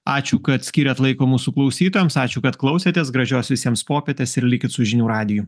ačiū kad skyrėt laiko mūsų klausytojams ačiū kad klausėtės gražios visiems popietės ir likit su žinių radiju